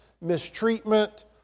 mistreatment